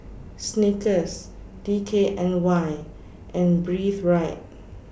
Snickers D K N Y and Breathe Right